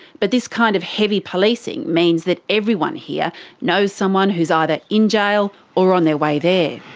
but this kind of heavy policing means that everyone here knows someone who's either in jail or on their way there.